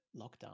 lockdown